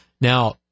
Now